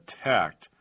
attacked